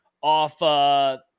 off